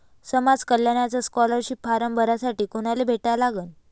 समाज कल्याणचा scholarship form भरासाठी कुनाले भेटा लागन?